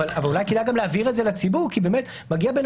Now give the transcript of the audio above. אבל אולי כדאי גם להבהיר את זה לציבור כי באמת מגיע בן